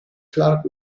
clarke